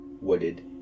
wooded